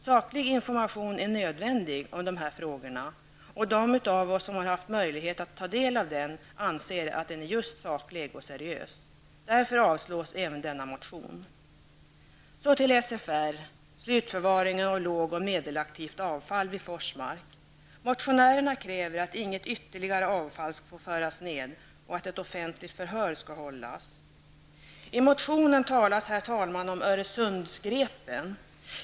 Saklig information om de här frågorna är nödvändig, och de av oss som har haft möjlighet att ta del av den anser att den är just saklig och seriös. Därför avstyrks även denna motion. Så till SFR, slutförvaringen av låg och medelaktivt avfall vid Forsmark. Motionärerna kräver att inget ytterligare avfall får föras ned och att ett offentligt förhör skall hållas. I motionen talas, herr talman, om Öresundsgrepen.